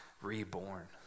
reborn